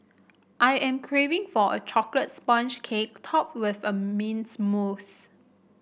I am craving for a chocolate sponge cake topped with a mint mousse